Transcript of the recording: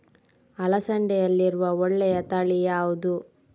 ಅಲಸಂದೆಯಲ್ಲಿರುವ ಒಳ್ಳೆಯ ತಳಿ ಯಾವ್ದು?